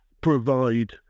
provide